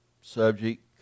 subject